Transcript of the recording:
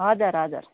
हजुर हजुर